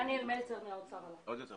(תיקון מס' 5), התש"ף